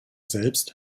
selbst